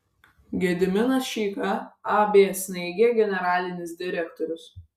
gediminas čeika ab snaigė generalinis direktorius